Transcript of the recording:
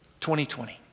2020